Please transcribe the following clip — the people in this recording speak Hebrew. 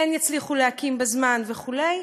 כן יצליחו להקים בזמן וכו'.